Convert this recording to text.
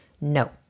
No